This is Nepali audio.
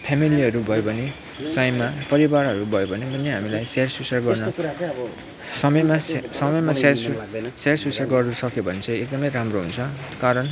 फेमिलीहरू भयो भने साइमा परिवारहरू भयो भने पनि हामीलाई स्याहार सुसार गर्न समयमा समयमा स्याहार सुसार सुसार गर्नु सक्यो भने चाहिँ एकदमै राम्रो हुन्छ कारण